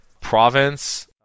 province